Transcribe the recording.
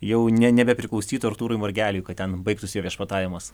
jau ne nebepriklausytų artūrui margeliui kad ten baigtųsi jo viešpatavimas